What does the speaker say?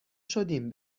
شدیم